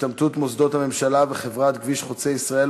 השתמטות מוסדות הממשלה וחברת "כביש חוצה ישראל"